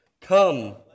Come